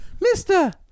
Mister